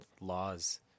laws